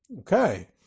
okay